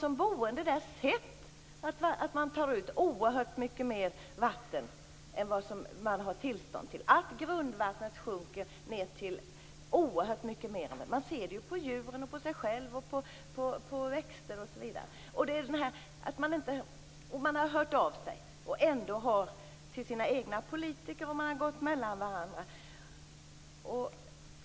De boende där har sett att man tar ut oerhört mycket mer vatten än vad man har tillstånd till, att grundvattnet sjunker oerhört mycket. De ser det på djuren, på sig själva och på växterna osv. Människor har hört av sig till sina egna politiker, och de har pratat med varandra.